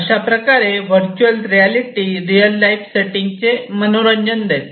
अशाप्रकारे virtual reality real life सेटिंगचे digital मनोरंजन देते